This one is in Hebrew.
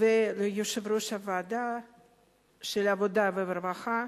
וליושב-ראש ועדת העבודה והרווחה